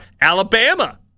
Alabama